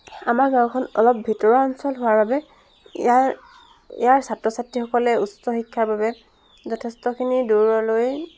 আমাৰ গাঁওখন অলপ ভিতৰুৱা অঞ্চল হোৱাৰ বাবে ইয়াৰ ইয়াৰ ছাত্ৰ ছাত্ৰীসকলে উচ্চ শিক্ষাৰ বাবে যথেষ্টখিনি দূৰলৈ